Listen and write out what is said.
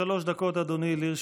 שלוש דקות לרשותך,